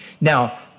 Now